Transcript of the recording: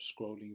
scrolling